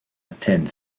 attend